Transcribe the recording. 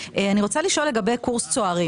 לגבי קורס צוערים